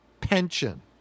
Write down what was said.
pension